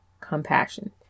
compassion